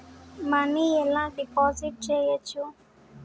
Money ఎలా deposit చేయచ్చు?